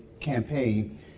campaign